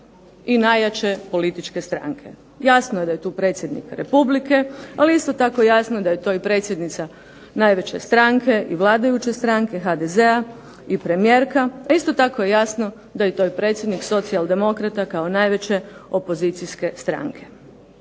i najjače političke stranke. Jasno je da je tu predsjednik Republike, ali je isto tako jasno da je to i predsjednica najveće stranke i vladajuće stranke HDZ-a i premijerka, a isto tako je jasno da je to i predsjednik Socijaldemokrata kao najveće opozicijske stranke.